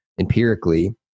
empirically